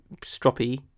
stroppy